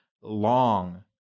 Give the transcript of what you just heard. long